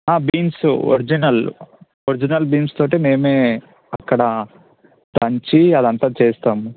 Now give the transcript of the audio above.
beans original original beans తోటే మేమే అక్కడ దంచి అదంతా చేస్తాము